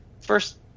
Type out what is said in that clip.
first